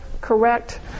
correct